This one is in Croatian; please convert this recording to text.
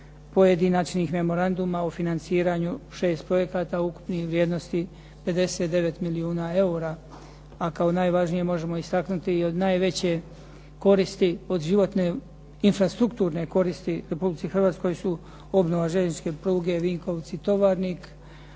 pojedinačnih memoranduma o financiranju šest projekata ukupnih vrijednosti 59 milijuna kuna, a kao najvažnije možemo istaknuti i od najveće koristi od životne infrastrukturne koristi Republici Hrvatskoj su obnova željezničke pruge Vinkovci – Tovarnik,